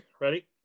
Ready